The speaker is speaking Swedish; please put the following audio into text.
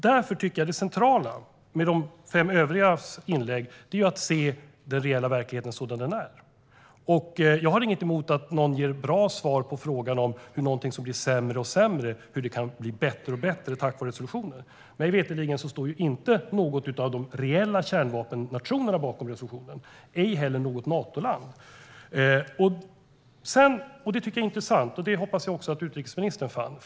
Därför tycker jag att det centrala med de fem övrigas inlägg handlar om att se den reella verkligheten sådan den är. Jag har inget emot att någon ger ett bra svar på frågan om hur någonting som blir sämre och sämre kan bli bättre och bättre tack vare resolutioner. Mig veterligen står inte någon av de reella kärnvapennationerna bakom resolutionen, ej heller något Natoland. Sedan kommer jag till något som jag hoppas att utrikesministern i likhet med mig tycker är intressant.